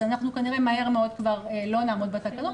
אנחנו כנראה מהר מאוד כבר לא נעמוד בתקנות